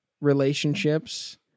relationships